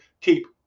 keep